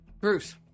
Bruce